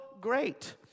great